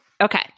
Okay